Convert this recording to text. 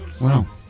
Wow